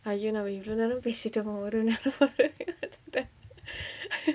!aiyo! நம்ம இவளோ நேரோ பேசிடோமோ ஒரு நேரோ:namma ivalo nero pesittomaa oru nero